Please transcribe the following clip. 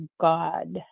God